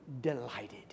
Delighted